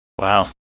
Wow